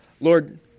Lord